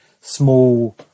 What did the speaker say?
small